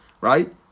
right